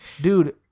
dude